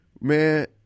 man